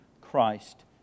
Christ